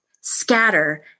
scatter